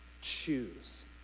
choose